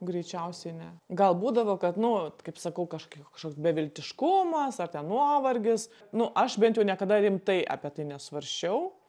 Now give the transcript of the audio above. greičiausiai ne gal būdavo kad nuvat kaip sakau kažkai kažkoks beviltiškumas ar ten nuovargis nu aš bent jau niekada rimtai apie tai nesvarsčiau